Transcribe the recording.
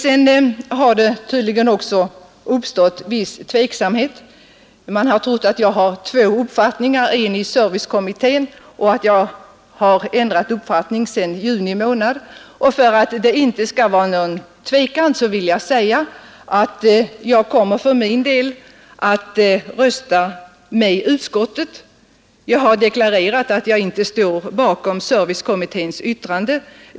Det har tydligen också uppstått viss tveksamhet om mitt ställningstagande i affärstidsfrågan. Man har trott att jag har två uppfattningar, en i servicekommittén och en i dagens debatt, att jag ändrat uppfattning sedan juni månad. För att det inte skall råda någon tvekan härvidlag vill jag säga att jag kommer att rösta med utskottet. Jag har redan deklarerat att jag inte står bakom servicekommitténs yttrande.